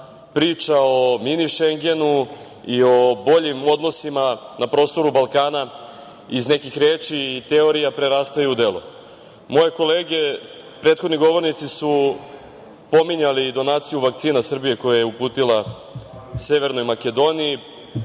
priča o „mini Šengenu“ i o boljim odnosima na prostoru Balkana iz nekih reči i teorija prerastaju u delo. Moje kolege, prethodni govornici, su pominjali donaciju vakcina Srbije koje je uputila Severnoj Makedoniji